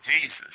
Jesus